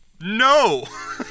No